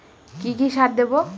কি কি সার দেবো?